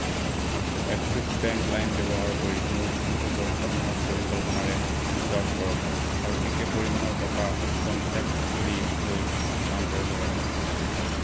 axis Bank লাইম ব্যৱহাৰ কৰি মোৰ ফোনটো বৰ্তমানৰ পৰিকল্পনাৰে ৰিছাৰ্জ কৰক আৰু একে পৰিমাণৰ টকা কন্টেক্ট খুড়ীলৈ স্থানান্তৰ কৰক